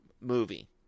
movie